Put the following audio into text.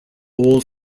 all